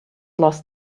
lost